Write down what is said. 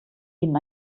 ihnen